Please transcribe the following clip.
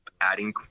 adding